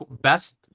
best